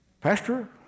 pastor